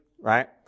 right